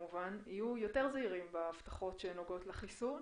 יהיו זהירים יותר בהבטחות שנוגעות לחיסון.